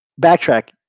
Backtrack